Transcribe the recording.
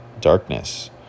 darkness